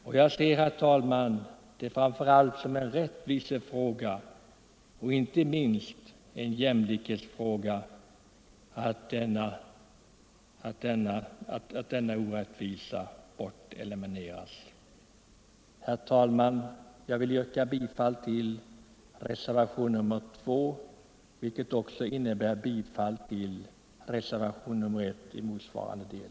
Jag ser det, herr talman, framför allt som en rättvisefråga och inte minst som en jämlikhetsfråga att man eliminerar den orättvisa som här föreligger, och jag yrkar bifall till reservationen 2, vilket också innebär bifall till reservationen 1 i motsvarande del.